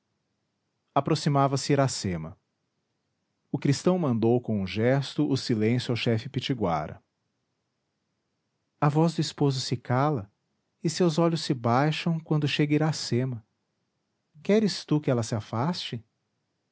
o cristão mandou com um gesto o silêncio ao chefe pitiguara a voz do esposo se cala e seus olhos se baixam quando chega iracema queres tu que ela se afaste